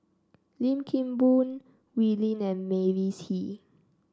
Lim Kim Boon Wee Lin and Mavis Hee